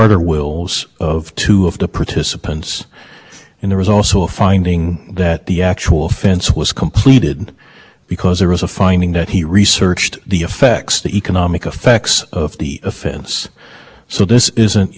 and there was also a finding that the actual offense was completed because there was a finding that he researched the effects the economic effects of the offense so this isn't your typical in co conspiracy right this is